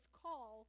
call